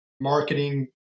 marketing